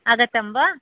आगतं वा